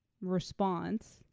response